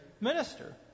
minister